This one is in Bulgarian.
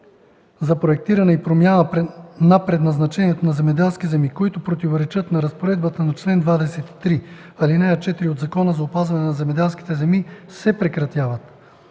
за проектиране и промяна на предназначението на земеделски земи, които противоречат на разпоредбата на чл. 23, ал. 4 от Закона за опазване на земеделските земи, се прекратяват.